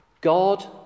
God